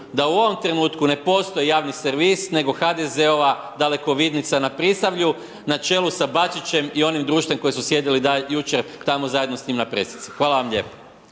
da u ovom trenutku ne postoji javni servis nego HDZ-ova dalekovidnica na Prisavlju na čelu sa Bačićem i onim društvom koje su sjedili jučer tamo zajedno s njim na presici. Hvala vam lijepo.